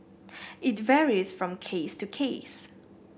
it varies from case to case